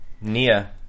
Nia